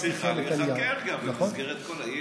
היא צריכה להיחקר גם במסגרת כל, נכון.